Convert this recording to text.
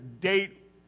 date